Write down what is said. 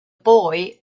boy